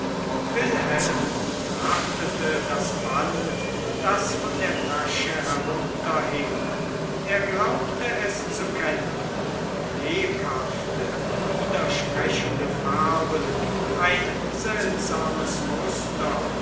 wilhelm betrachtete das band das von der tasche herunterhing er glaubte es zu kennen lebhafte widersprechende farben ein seltsames muster